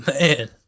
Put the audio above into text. man